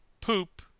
poop